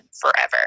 forever